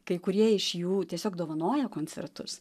kai kurie iš jų tiesiog dovanoja koncertus